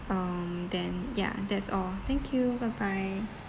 um then ya that's all thank you bye bye